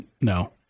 No